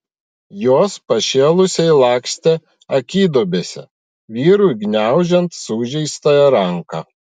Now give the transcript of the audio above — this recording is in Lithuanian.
jos pašėlusiai lakstė akiduobėse vyrui gniaužiant sužeistąją ranką